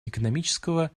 экономического